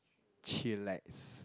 chillax